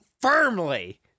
firmly